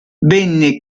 venne